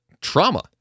trauma